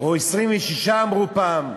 או 26 אמרו פעם,